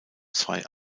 zwei